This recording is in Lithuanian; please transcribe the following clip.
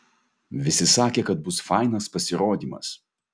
visi sakė kad bus fainas pasirodymas